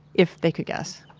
if they could guess.